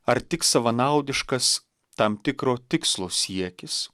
ar tik savanaudiškas tam tikro tikslo siekis